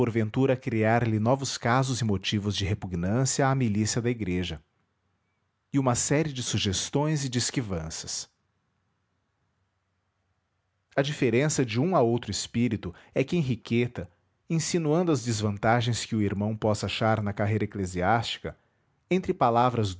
porventura criar lhe novos casos e motivos de repugnância à milícia da igreja e uma série de sugestões e de esquivanças a diferença de um a outro espírito é que henriqueta insinuando as desvantagens que o irmão possa achar na carreira eclesiástica entre palavras